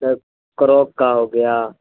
سر کروک کا ہو گیا